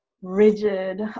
rigid